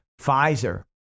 Pfizer